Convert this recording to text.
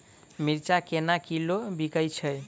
मिर्चा केना किलो बिकइ छैय?